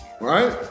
Right